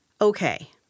Okay